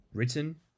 Written